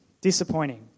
Disappointing